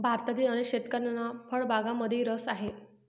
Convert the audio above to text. भारतातील अनेक शेतकऱ्यांना फळबागांमध्येही रस आहे